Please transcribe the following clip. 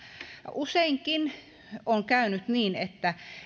useinkin on käynyt niin että